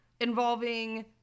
involving